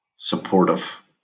supportive